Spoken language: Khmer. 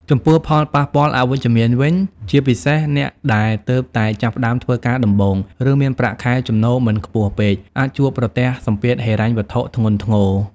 ចំពោះ ផលប៉ះពាល់អវិជ្ជមានវិញ ជាពិសេសអ្នកដែលទើបតែចាប់ផ្ដើមធ្វើការដំបូង ឬមានប្រាក់ចំណូលមិនខ្ពស់ពេក អាចជួបប្រទះសម្ពាធហិរញ្ញវត្ថុធ្ងន់ធ្ងរ។